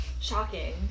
shocking